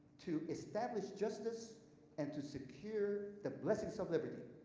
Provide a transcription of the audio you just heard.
to establish justice and to secure the blessings of liberty.